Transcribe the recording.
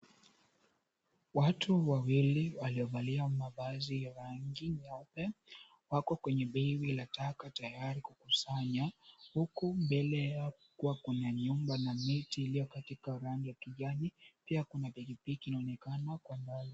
Watu wawili waliovalia mavazi ya rangi nyeupe, wako kwenye biwi la taka tayari kukusanya huku mbele yao kuwa Kuna nyumba na miti iliyo katika rangi ya kijani. Pia kuna pikipiki inaonekana kwa mbali.